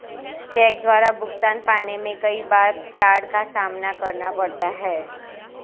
check द्वारा भुगतान पाने में कई बार फ्राड का सामना करना पड़ता है